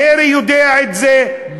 קרי יודע את זה,